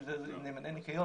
אם זה נאמני ניקיון,